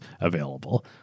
available